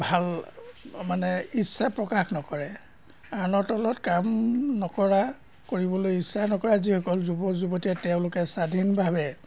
ভাল মানে ইচ্ছা প্ৰকাশ নকৰে আনৰ তলত কাম নকৰা কৰিবলৈ ইচ্ছা নকৰা যিসকল যুৱক যুৱতীয়ে তেওঁলোকে স্বাধীনভাৱে